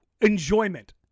enjoyment